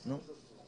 אז נו.